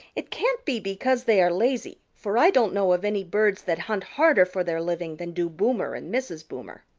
it can't be because they are lazy for i don't know of any birds that hunt harder for their living than do boomer and mrs. boomer.